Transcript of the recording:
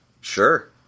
sure